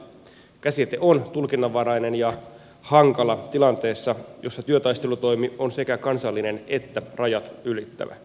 käsite on tulkinnanvarainen ja hankala tilanteessa jossa työtaistelutoimi on sekä kansallinen että rajat ylittävä